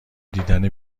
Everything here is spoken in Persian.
دیدن